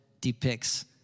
depicts